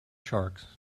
sharks